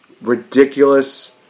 ridiculous